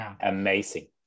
amazing